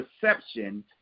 perception